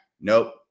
nope